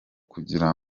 kugira